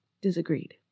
disagreed